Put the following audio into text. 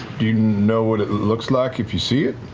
do you know what it looks like if you see it?